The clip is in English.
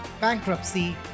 bankruptcy